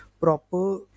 proper